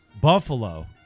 Buffalo